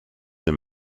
him